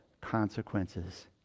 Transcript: consequences